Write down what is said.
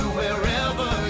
wherever